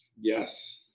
Yes